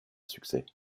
succès